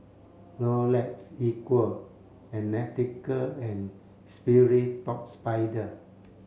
Rolex Equal and Nautica and Sperry Top Sider